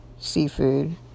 Seafood